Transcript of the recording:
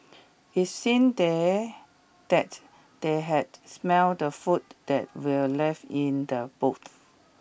it seemed they that they had smell the food that were left in the boots